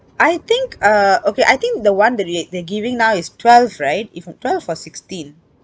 I think uh okay I think the one that they they giving now is twelve right if I'm twelve or sixteen